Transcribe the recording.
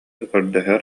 көрдөһөр